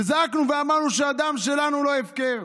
וזעקנו ואמרנו שהדם שלנו לא הפקר.